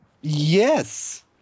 Yes